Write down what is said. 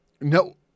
No